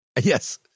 Yes